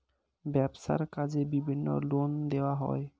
ব্যবসার কাজে বিভিন্ন লোন দেওয়া হয়